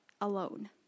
alone